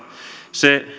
se